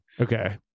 Okay